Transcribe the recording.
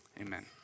amen